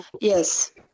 Yes